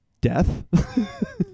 Death